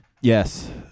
Yes